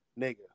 nigga